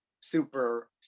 super